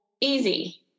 easy